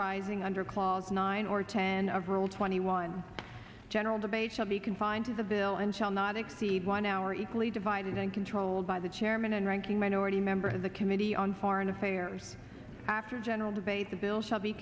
arising under clause nine or ten of rule twenty one general debate shall be confined to the bill and shall not exceed one hour equally divided and controlled by the chairman and ranking minority member of the committee on foreign affairs after general debate the bill shall be